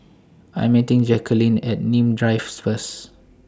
I Am meeting Jacqueline At Nim Drive First